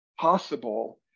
possible